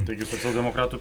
taigi socialdemokratų